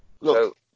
Look